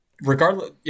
regardless